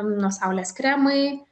nuo saulės kremai